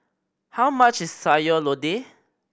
how much Sayur Lodeh